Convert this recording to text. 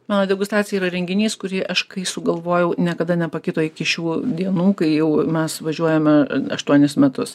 mano degustacija yra renginys kurį aš kai sugalvojau niekada nepakito iki šių dienų kai jau mes važiuojame aštuonis metus